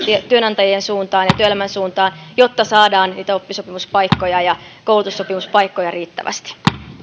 työnantajien suuntaan ja työelämän suuntaan jotta saadaan niitä oppisopimuspaikkoja ja koulutussopimuspaikkoja riittävästi